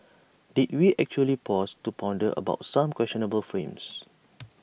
did we actually pause to ponder about some questionable frames